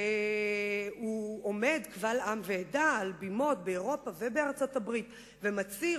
והוא עומד קבל עם ועדה על בימות באירופה ובארצות-הברית ומצהיר